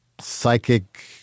psychic